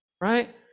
Right